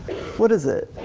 what is it?